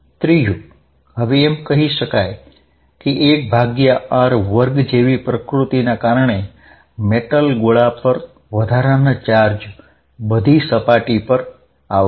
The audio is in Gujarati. ત્રીજું હવે એમ કહી શકાય કે 1r2 જેવી પ્રકૃતિના કારણે ધાતુના ગોળા પરના વધારાના ચાર્જ બધા સપાટી પર આવશે